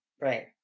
right